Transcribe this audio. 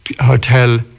hotel